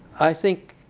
i think